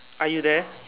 are you there